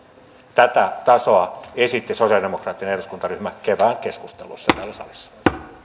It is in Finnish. tätä tasoa esitti sosialidemokraattinen eduskuntaryhmä kevään keskusteluissa täällä salissa